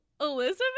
Elizabeth